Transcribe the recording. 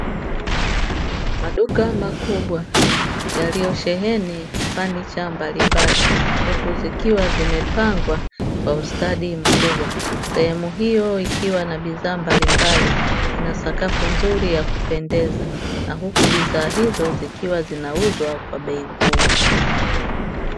Maduka makubwa yaliyosheheni fanicha mbalimbali, huku zikiwa zimepangwa kwa ustadi mkubwa. Sehemu hiyo ikiwa na bidhaa mbalimbali na sakafu nzuri ya kupendeza na huku bidhaa hizo zikiwa zinauzwa kwa bei kubwa.